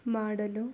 ಮಾಡಲು